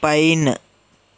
pine